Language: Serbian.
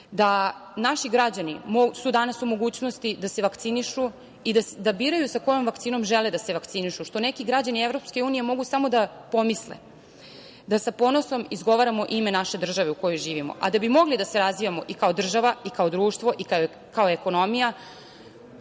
građani su danas u mogućnosti da se vakcinišu i da biraju kojom vakcinom žele da se vakcinišu, što neki građani EU mogu samo da pomisle. Da sa ponosom izgovaramo ime naše države u kojoj živimo. Da bismo mogli da se razvijamo i kao država i kao društvo i kao ekonomija,